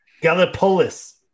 Gallipolis